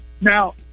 now